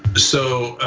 so,